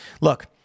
Look